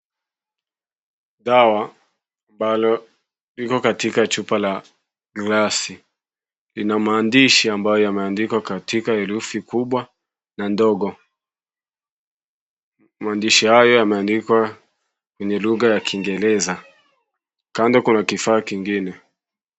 Dawa ambalo liko katika chupa la glasi lina maandishi ambayo yameandikwa katika herufi kubwa na ndogo. Maandishi haya yameandikwa kwenye lugha ya kiingereza, kando kuna kifaa kingine.